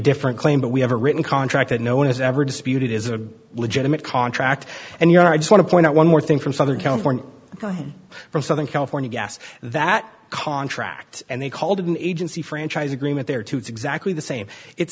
different claim but we have a written contract that no one has ever disputed is a legitimate contract and you know i just want to point out one more thing from southern california from southern california gas that contract and they called an agency franchise agreement there too it's exactly the same it